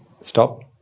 stop